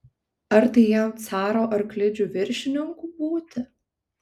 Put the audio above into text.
ar tai jam caro arklidžių viršininku būti